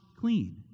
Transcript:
clean